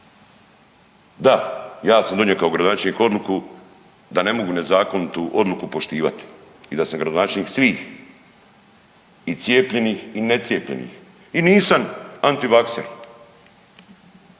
Da, ja sam donio kao gradonačelnik odluku da ne mogu nezakonitu odluku poštivati i da sam gradonačelnik svih i cijepljenih i necijepljenih i nisam antivakser,